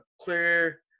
clear